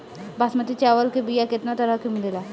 बासमती चावल के बीया केतना तरह के मिलेला?